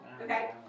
Okay